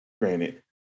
granted